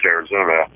Arizona